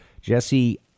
Jesse